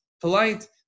polite